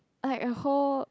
like a whole